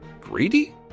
greedy